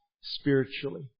spiritually